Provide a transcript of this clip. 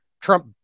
Trump